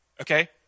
Okay